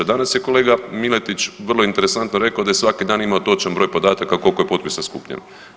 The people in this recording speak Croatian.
Danas je kolega Miletić vrlo interesantno rekao da je svaki dan imao točan broj podataka koliko je potpisa skupljeno.